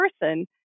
person